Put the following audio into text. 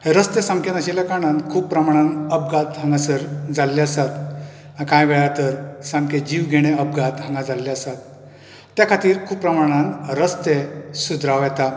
रस्ते सारके नाशिल्ले कारणान खूब प्रमाणान अपघात हांगासर जाल्ले आसात हा काय वेळार तर सामके जिव घेणे अपघात हांगा जाल्ले आसात त्या खातीर खूब प्रमाणांत रस्ते सुदराव येता